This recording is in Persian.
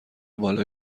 بالای